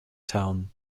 town